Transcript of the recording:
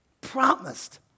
promised